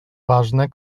ważne